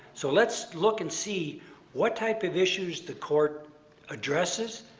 so let's look and see what type of issues the court addresses,